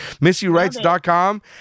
MissyWrites.com